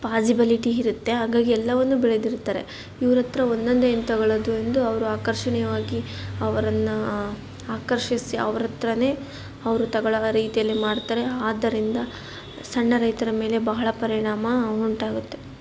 possibility ಇರುತ್ತೆ ಹಾಗಾಗಿ ಎಲ್ಲವನ್ನು ಬೆಳೆದಿರ್ತಾರೆ ಇವ್ರ ಹತ್ರ ಒಂದೊಂದೇ ಏನು ತಗೊಳ್ಳೋದು ಎಂದು ಅವರು ಆಕರ್ಷಣೀಯವಾಗಿ ಅವರನ್ನು ಆಕರ್ಷಿಸಿ ಅವರ ಹತ್ರನೇ ಅವರು ತಗೊಳ್ಳೋ ರೀತಿಯಲ್ಲಿ ಮಾಡ್ತಾರೆ ಆದ್ದರಿಂದ ಸಣ್ಣ ರೈತರ ಮೇಲೆ ಬಹಳ ಪರಿಣಾಮ ಉಂಟಾಗುತ್ತೆ